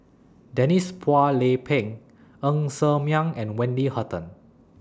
Denise Phua Lay Peng Ng Ser Miang and Wendy Hutton